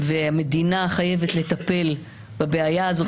המדינה חייבת לטפל בבעיה הזאת.